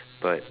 but